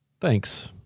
Thanks